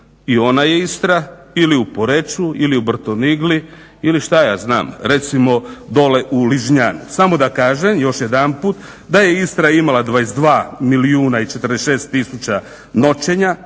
i ona je Istra ili u Poreču ili u Brtonigli ili šta ja znam recimo dole u Ližnjanu, samo da kažem još jedanput da je Istra imala 22 milijuna i 46 tisuća noćenja,